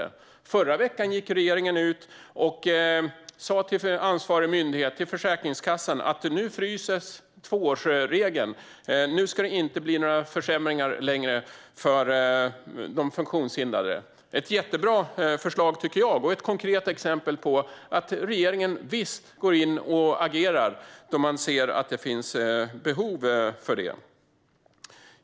I förra veckan gick regeringen ut och sa till ansvarig myndighet - Försäkringskassan - att tvåårsregeln ska frysas och att det inte ska bli några försämringar längre för de funktionshindrade. Detta tycker jag är ett jättebra förslag och ett konkret exempel på att regeringen visst går in och agerar då man ser att det finns behov av det.